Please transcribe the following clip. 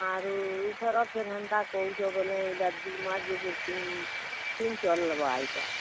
ଆରୁ ଏଇଥର ଫେର୍ ହେନ୍ତା କହୁଛ ବୋଲେ ଏଇଟା ଦୁଇ ମାସ୍ ଯାଇକରି ତିନ୍ ତିନ୍ ଚାଲ୍ବା ଏଇଟା